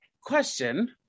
question